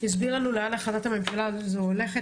והסביר לנו לאן החלטת הממשלה הזאת הולכת.